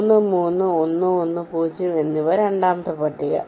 3 3 1 1 0 എന്നിവയാണ് രണ്ടാമത്തെ പട്ടിക